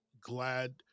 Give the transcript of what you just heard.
glad